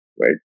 right